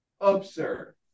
Absurd